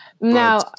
Now